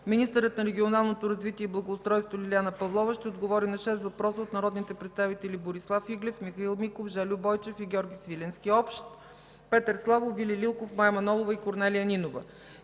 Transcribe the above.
Министърът на регионалното развитие и благоустройството Лиляна Павлова ще отговори на 6 въпроса от народните представители Борислав Иглев, Михаил Миков, Жельо Бойчев и Георги Свиленски – общ, Петър Славов, Вили Лилков, Мая Манолова, и Корнелия Нинова.